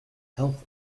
health